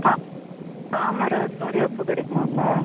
தா தாமரை லோரியா பூ கிடைக்குமாப்பா